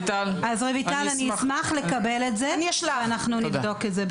רויטל, אני אשמח לקבל את זה ואנחנו נבדוק את זה.